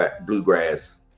bluegrass